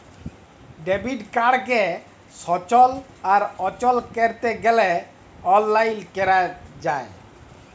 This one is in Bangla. ডেবিট কাড়কে সচল আর অচল ক্যরতে গ্যালে অললাইল ক্যরা যায়